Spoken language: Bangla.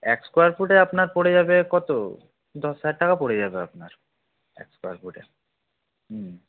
এক স্কোয়ার ফুটে আপনার পড়ে যাবে কত দশ হাজার টাকা পড়ে যাবে আপনার এক স্কোয়ার ফুটে